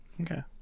okay